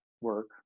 work